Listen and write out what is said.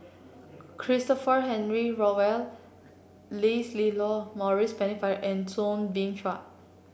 Christopher Henry Rothwell Leslilo Maurice Pennefather and Soo Bin Chua